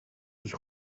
τους